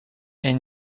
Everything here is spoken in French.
est